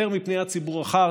יותר מפניית ציבור אחת,